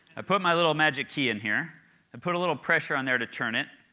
i put my little magic key in here, i put a little pressure on there to turn it,